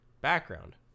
background